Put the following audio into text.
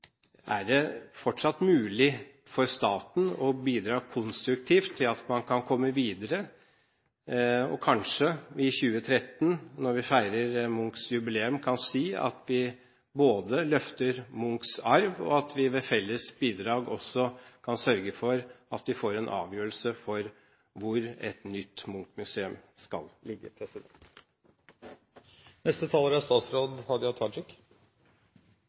er det fortsatt mulig for staten å bidra konstruktivt ved at man kan komme videre og kanskje i 2013, når vi feirer Munchs jubileum, kan si at vi både løfter Munchs arv og at vi ved felles bidrag også kan sørge for at vi får en avgjørelse på hvor et nytt Munch-museum skal ligge. Eg opplever at det er